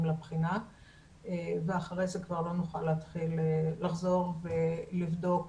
לבחינה ואחרי זה כבר לא נוכל להתחיל לחזור ולבדוק